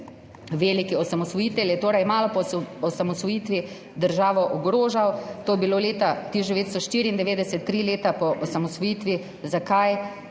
Veliki osamosvojitelj je torej malo po osamosvojitvi državo ogrožal, to je bilo leta 1994, tri leta po osamosvojitvi. Zakaj?